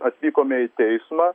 atvykome į teismą